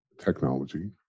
technology